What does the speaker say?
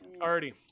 Already